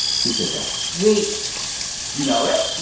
who said that? wait you know it?